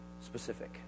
specific